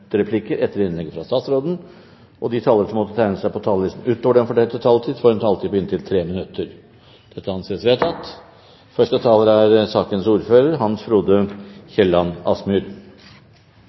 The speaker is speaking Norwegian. replikker med svar etter innlegg fra statsråden innenfor den fordelte taletid. Videre blir det foreslått at de som måtte tegne seg på talerlisten utover den fordelte taletid, får en taletid på inntil 3 minutter. – Det anses vedtatt.